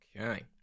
Okay